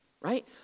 Right